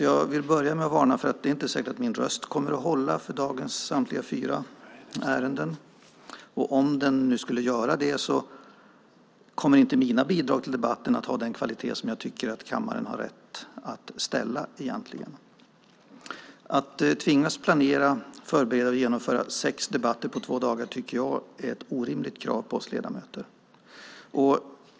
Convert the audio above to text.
Jag vill börja med att varna för att det inte är säkert att min röst kommer att hålla för dagens samtliga fyra ärenden, och om den skulle göra det kommer inte mina bidrag till debatten att ha den kvalitet som jag tycker att kammaren har rätt att begära. Att tvingas planera, förbereda och genomföra sex debatter på två dagar är ett orimligt krav på oss ledamöter.